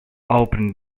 opened